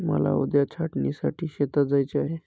मला उद्या छाटणीसाठी शेतात जायचे आहे